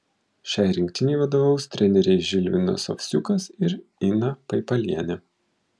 šiai rinktinei vadovaus treneriai žilvinas ovsiukas ir ina paipalienė